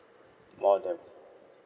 more than